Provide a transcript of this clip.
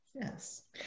Yes